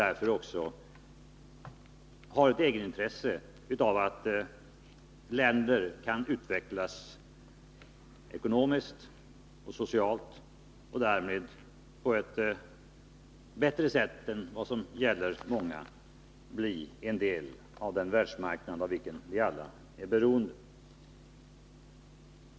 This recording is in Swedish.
Vi ser också som ett intresse för oss att länder kan utvecklas ekonomiskt och socialt och därmed på ett bättre sätt än nu bli en del av den världsmarknad av vilken vi alla är beroende.